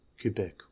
quebec